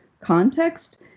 context